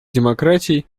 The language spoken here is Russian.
демократий